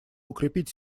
укрепить